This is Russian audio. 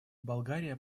болгария